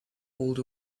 old